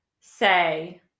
say